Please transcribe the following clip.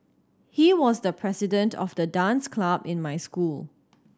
he was the president of the dance club in my school